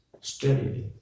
steadily